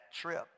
trip